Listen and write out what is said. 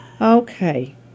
Okay